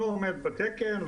לא עומד בתקן,